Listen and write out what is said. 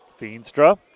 Feenstra